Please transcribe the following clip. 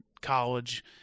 college